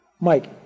Mike